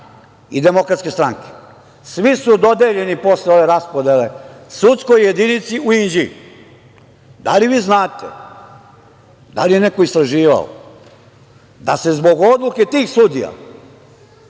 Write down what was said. Nataše Kandić i DS. Svi su dodeljeni posle ove raspodele sudskoj jedinici u Inđiji. Da li vi znate da li je neko istraživao da se zbog odluke tih sudija